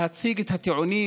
להציג את הטיעונים,